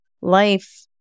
life